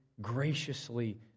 graciously